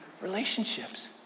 relationships